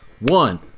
One